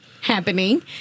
happening